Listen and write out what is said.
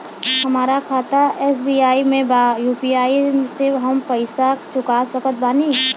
हमारा खाता एस.बी.आई में बा यू.पी.आई से हम पैसा चुका सकत बानी?